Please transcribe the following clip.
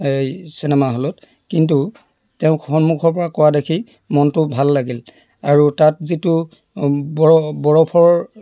cinema হলত কিন্তু তেওঁক সন্মুখৰ পৰা পোৱা দেখি মনটো ভাল লাগিল আৰু তাত যিটো বৰ বৰফৰ